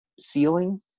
ceiling